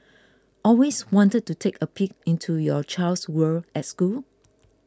always wanted to take a peek into your child's world at school